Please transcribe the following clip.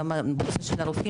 גם בנושא של הרופאים,